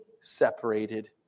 separated